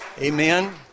Amen